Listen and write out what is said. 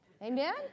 amen